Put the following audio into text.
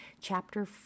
chapter